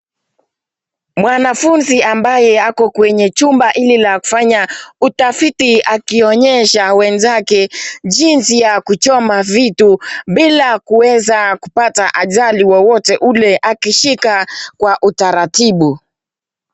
Mwanafunzi ambaye mwenye ako kwenye chumba ili la kufanya utafiti akionyesha wenzake jinsi ya kuchoma vitu bila kuweza kupata ajali wowote ule akishika kwa utaratibu.